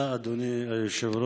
תודה, אדוני היושב-ראש.